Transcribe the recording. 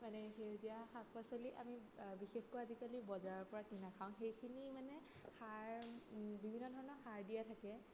মানে সেউজীয়া শাক পাচলি আমি বিশেষকৈ আজিকালি বজাৰৰ পৰা কিনা খাওঁ সেইখিনি মানে সাৰ বিভিন্ন ধৰণৰ সাৰ দিয়া থাকে